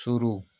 शुरू